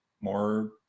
more